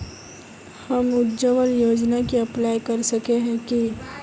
हम उज्वल योजना के अप्लाई कर सके है की?